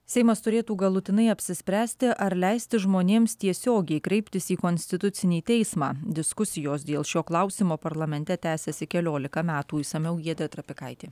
seimas turėtų galutinai apsispręsti ar leisti žmonėms tiesiogiai kreiptis į konstitucinį teismą diskusijos dėl šio klausimo parlamente tęsiasi keliolika metų išsamiau giedrė trapikaitė